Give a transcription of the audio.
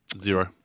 Zero